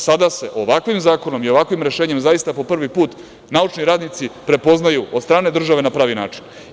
Sada sa se ovakvim zakonom i ovakvim rešenjem, zaista, po prvi put naučni radnici prepoznaju od strane države na pravi način.